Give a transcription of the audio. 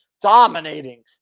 dominating –